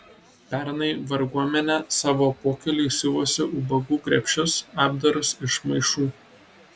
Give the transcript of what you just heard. pernai varguomenė savo pokyliui siuvosi ubagų krepšius apdarus iš maišų